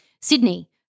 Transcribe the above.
Sydney